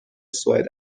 سوئد